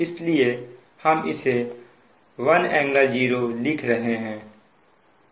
इसलिए हम इसे 1∟0 लिख रहे हैं